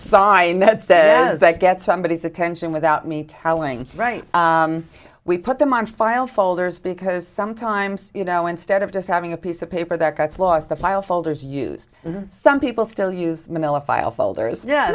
sign that says i get somebodies attention without me telling right we put them on file folders because sometimes you know instead of just having a piece of paper that gets lost the file folders used some people still use manila file folders y